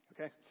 Okay